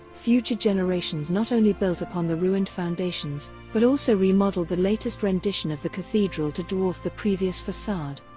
future generations not only built upon the ruined foundations but also remodeled the latest rendition of the cathedral to dwarf the previous facade.